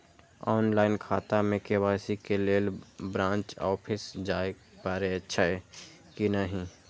Online खाता में KYC के लेल ब्रांच ऑफिस जाय परेछै कि नहिं?